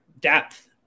Depth